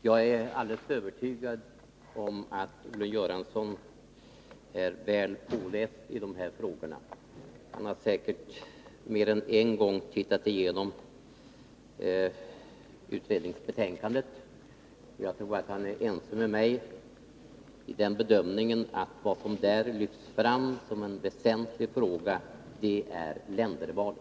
Herr talman! Jag är alldeles övertygad om att Olle Göransson har läst på väl i de här frågorna. Han har säkert mer än en gång tittat igenom utredningsbetänkandet. Jag tror att han är ense med mig i bedömningen att vad som där lyfts fram som en väsentlig fråga är ländervalet.